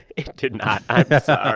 it did not. i'm yeah sorry.